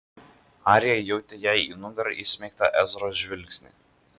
arija jautė jai į nugarą įsmeigtą ezros žvilgsnį